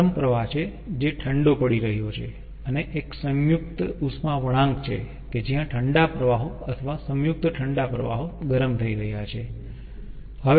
આ ગરમ પ્રવાહ છે જે ઠંડો પડી રહ્યો છે અને એક સંયુક્ત ઉષ્મા વળાંક છે કે જ્યાં ઠંડા પ્રવાહો અથવા સંયુક્ત ઠંડા પ્રવાહો ગરમ થઈ રહ્યા છે